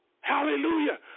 Hallelujah